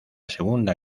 segunda